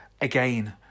Again